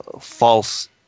false